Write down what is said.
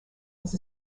was